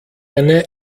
eine